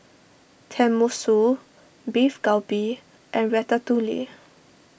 Tenmusu Beef Galbi and Ratatouille